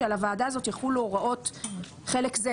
שעל הוועדה הזאת יחולו הוראות חלק זה,